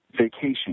vacation